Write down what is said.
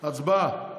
הצבעה.